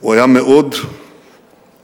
הוא היה מאוד נרגש,